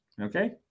okay